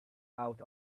out